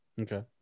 Okay